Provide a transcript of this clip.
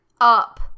up